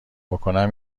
بکنم